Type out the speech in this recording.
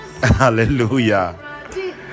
hallelujah